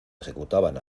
ejecutaban